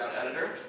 editor